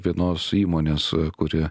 vienos įmonės kuri